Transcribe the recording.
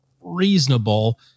reasonable